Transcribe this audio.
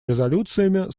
резолюциями